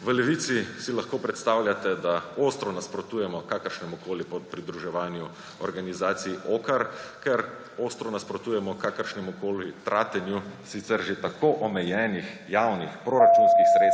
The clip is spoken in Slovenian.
V Levici si lahko predstavljate, da ostro nasprotujemo kakršnemukoli pridruževanju organizaciji OCCAR, ker ostro nasprotujemo kakršnemukoli tratenju sicer že tako omejenih javnih proračunskih sredstev,